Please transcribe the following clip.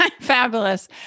fabulous